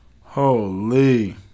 holy